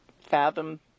fathom